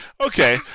Okay